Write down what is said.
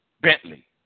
Bentley